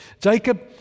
Jacob